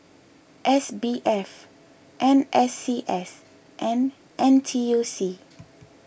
S B F N S C S and N T U C